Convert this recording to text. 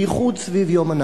בייחוד סביב יום הנכבה.